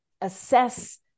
assess